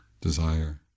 desire